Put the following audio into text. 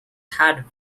had